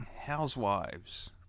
housewives